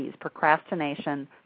procrastination